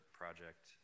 project